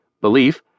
belief